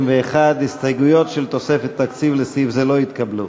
61. ההסתייגויות של תוספת תקציב לסעיף זה לא התקבלו.